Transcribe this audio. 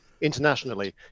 internationally